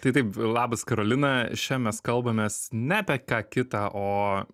tai taip labas karolina šian mes kalbamės ne apie ką kitą o